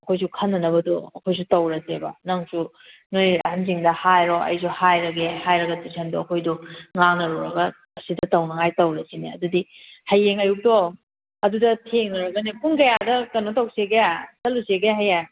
ꯑꯩꯈꯣꯏꯁꯨ ꯈꯟꯅꯅꯕꯗꯣ ꯑꯩꯈꯣꯏꯁꯨ ꯇꯧꯔꯁꯦꯕ ꯅꯪꯁꯨ ꯅꯣꯏ ꯑꯍꯟꯁꯤꯡꯗ ꯍꯥꯏꯔꯣ ꯑꯩꯁꯨ ꯍꯥꯏꯔꯒꯦ ꯍꯥꯏꯔꯒ ꯇꯨꯏꯁꯟꯗꯣ ꯑꯩꯈꯣꯏꯗꯣ ꯉꯥꯡꯅꯔꯨꯔꯒ ꯁꯤꯗ ꯇꯧꯅꯉꯥꯏ ꯇꯧꯔꯁꯤꯅꯦ ꯑꯗꯨꯗꯤ ꯍꯌꯦꯡ ꯑꯌꯨꯛꯇꯣ ꯑꯗꯨꯗ ꯊꯦꯡꯅꯔꯒꯅꯦ ꯄꯨꯡ ꯀꯌꯥꯗ ꯀꯩꯅꯣ ꯇꯧꯁꯤꯒꯦ ꯆꯠꯂꯨꯁꯤꯒꯦ ꯍꯌꯦꯡ